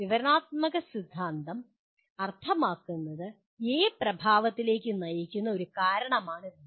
വിവരണാത്മക സിദ്ധാന്തം അർത്ഥമാക്കുന്നത് 'എ' പ്രഭാവത്തിലേക്ക് നയിക്കുന്ന ഒരു കാരണമാണ് 'ബി'